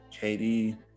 kd